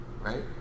right